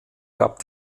gab